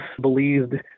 believed